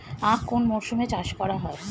আখ কোন মরশুমে চাষ করা হয়?